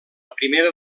primera